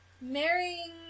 marrying